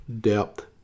depth